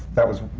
that was,